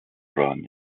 run